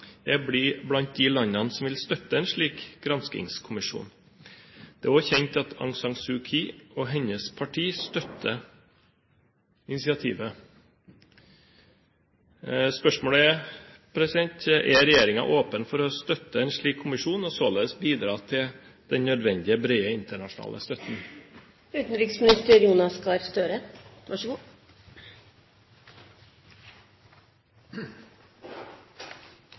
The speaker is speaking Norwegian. Det er nå kjent at Danmark og Latvia er blant de landene som vil støtte en slik granskingskommisjon. Det er også kjent at Aung San Suu Kyi og hennes parti støtter initiativet. Er regjeringen åpen for å støtte en slik kommisjon og således bidra til den nødvendige brede internasjonale